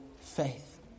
faith